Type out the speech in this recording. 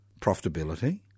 profitability